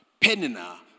Penina